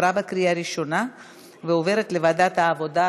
לוועדת העבודה,